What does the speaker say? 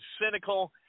cynical